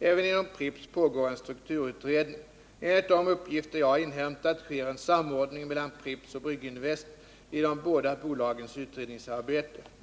Även inom Pripps pågår en strukturutredning. Enligt de uppgifter jag har inhämtat sker en samordning mellan Pripps och Brygginvest i de båda bolagens utredningsarbete.